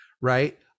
Right